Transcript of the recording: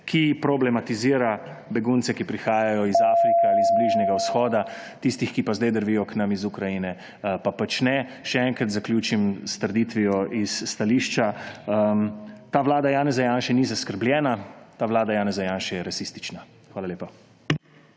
ki problematizira begunce, ki prihajajo iz Afrike ali iz Bližnjega vzhoda, tistih, ki pa zdaj drvijo k nam iz Ukrajine, pa pač ne. Naj zaključim s trditvijo iz stališča. Ta vlada Janeza Janše ni zaskrbljena, ta vlada Janeza Janše je rasistična. Hvala lepa.